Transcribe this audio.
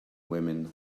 women